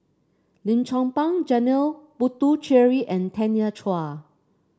Lim Chong Pang Janil Puthucheary and Tanya Chua